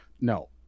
no